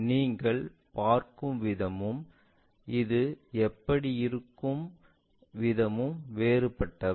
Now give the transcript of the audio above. நீங்கள் பார்க்கும் விதமும் இது எப்படி இருக்கும் விதமும் வேறுபட்டவை